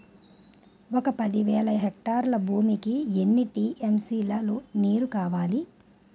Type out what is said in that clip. ఒక పది వేల హెక్టార్ల భూమికి ఎన్ని టీ.ఎం.సీ లో నీరు కావాలి?